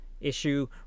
issue